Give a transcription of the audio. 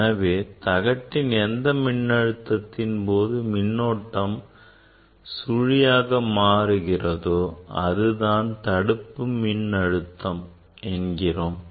எனவே தகட்டின் எந்த மின்னழுத்தத்தின் போது மின்னூட்டம் சுழியாக மாறுகிறதோ அதுதான் தடுப்பு மின் அழுத்தம் என்கிறோம்